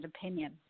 opinion